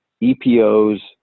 EPOs